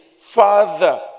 Father